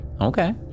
okay